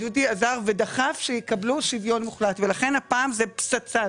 דודי עזר ודחף שיקבלו שוויון מוחלט ולכן הפעם זה פצצה,